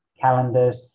calendars